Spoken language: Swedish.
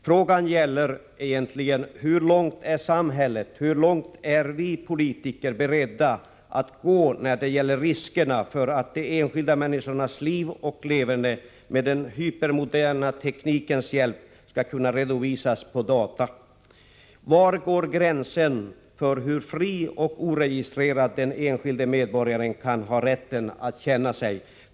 Frågan gäller egentligen: Hur långt är samhället och vi politiker beredda att gå när det gäller riskerna för att enskilda människors liv och leverne med den hypermoderna teknikens hjälp kan redovisas på data? Var går gränsen för hur fri och oregistrerad den enskilde medborgaren kan ha rätt att känna sig?